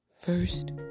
first